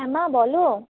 হ্যাঁ মা বলো